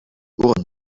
ohren